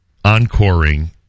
encoring